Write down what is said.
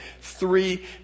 three